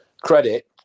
credit